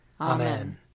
Amen